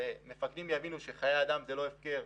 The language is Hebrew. ומפקדים יבינו שחיי אדם הם לא הפקר,